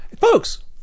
Folks